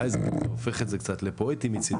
אולי זה הופך את זה לפואטי מצידה,